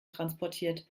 transportiert